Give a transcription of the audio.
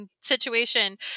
situation